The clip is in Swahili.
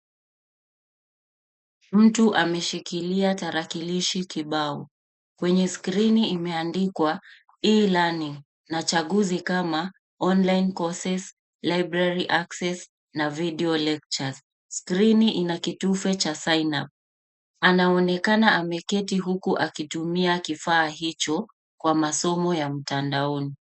Mtu ameshikilia tarakilishi kibao. Kwenye skrini imeandikwa [cs[]e learning na chaguzi kama online courses , library access na videoc[s] c[s]lecturec[s]. Skrini ina kitufe cha sign up . Anaonekana ameketi huku akitumia kifaa hicho kwa masomo ya mtandaoni.